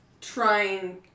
trying